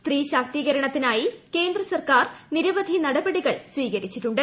സ്ത്രീ ശാക്തീകരണത്തിനായി കേന്ദ്രസർക്കാർ നിരവധി നടപടികൾ സ്വീകരിച്ചിട്ടുണ്ട്